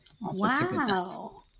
Wow